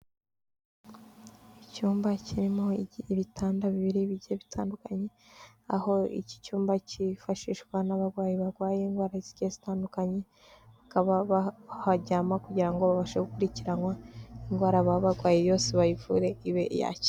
Icyumba kirimo ibitanda bibiri bigiye bitandukanye, aho iki cyumba cyifashishwa n'abarwayi barwaye indwara zigiye zitandukanye, bakaba bahajyama kugira ngo babashe gukurikiranwa indwara baba barwaye yose bayivure ibe yakira.